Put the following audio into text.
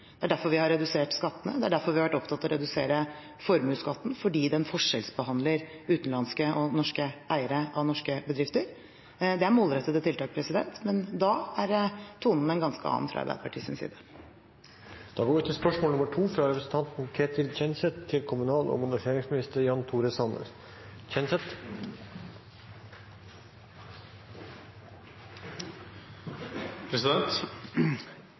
det er derfor vi har redusert skattene, og det er derfor vi har vært opptatt av å redusere formuesskatten, som forskjellsbehandler utenlandske og norske eiere av norske bedrifter. Det er målrettede tiltak, men da er tonen en ganske annen fra Arbeiderpartiets side. «Innlandet står foran investeringer på nær 50 mrd. kroner bare innen cyberforsvaret og sivil cybersikkerhet, sykehus og